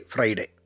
Friday